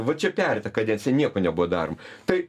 va čia pereitą kadenciją nieko nebuvo darom tai